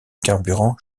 carburant